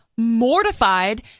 mortified